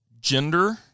gender